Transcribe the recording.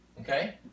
Okay